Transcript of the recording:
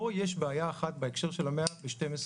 בהמשך לדבריו של עלי וגם של מר שפיגלר,